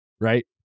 right